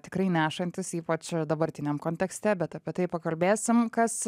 tikrai nešantis ypač dabartiniam kontekste bet apie tai pakalbėsim kas